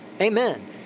Amen